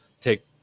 take